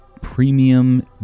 premium